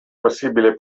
possibile